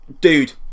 Dude